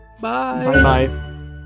Bye